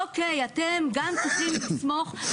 בנוסח.